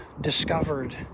discovered